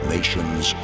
Nations